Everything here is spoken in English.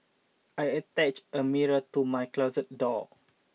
I attached a mirror to my closet door